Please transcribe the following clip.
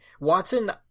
Watson